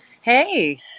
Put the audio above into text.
hey